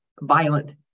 violent